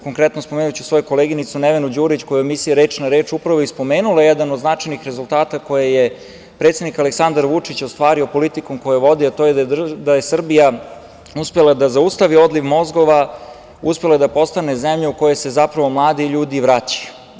Konkretno, spomenuću svoju koleginicu Nevenu Đurić koja je u emisiji „Reč na reč“ upravo i spomenula jedan od značajnih rezultata koje je predsednik Aleksandar Vučić ostvario politikom koju vodi, a to je da je Srbija uspela da zaustavi odliv mozgova, uspela da postane zemlja u koju se zapravo mladi ljudi vraćaju.